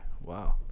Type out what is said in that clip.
Wow